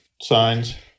signs